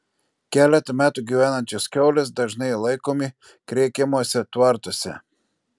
keletą metų gyvenančios kiaulės dažnai laikomi kreikiamuose tvartuose